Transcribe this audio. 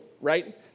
Right